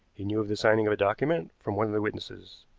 he knew of the signing of a document from one of the witnesses.